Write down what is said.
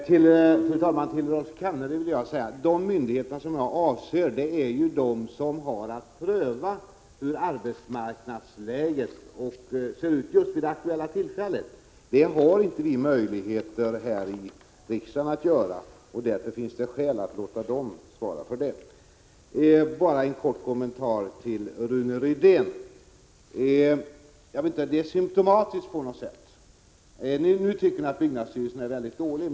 Fru talman! Till Rolf Kenneryd vill jag säga att jag avser de myndigheter som har att pröva hurudant arbetsmarknadsläget är just vid det aktuella tillfället. Detta har vi här i riksdagen inte möjligheter att göra, och därför finns det skäl att låta ifrågavarande myndigheter svara för denna prövning. Bara en kort kommentar till Rune Rydén. Ni tycker att byggnadsstyrelsen nu är mycket dålig.